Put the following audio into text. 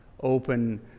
open